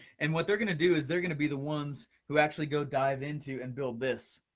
and what they're gonna do, is they're gonna be the ones who actually go dive into, and build this.